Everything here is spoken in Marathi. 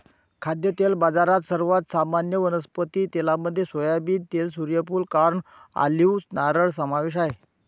खाद्यतेल बाजारात, सर्वात सामान्य वनस्पती तेलांमध्ये सोयाबीन तेल, सूर्यफूल, कॉर्न, ऑलिव्ह, नारळ समावेश आहे